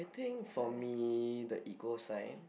think for me the equal sign